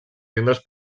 membres